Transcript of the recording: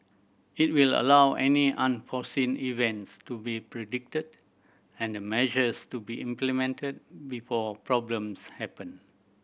it will allow any unforeseen events to be predicted and the measures to be implemented before problems happen